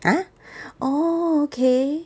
!huh! orh okay